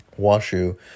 Washu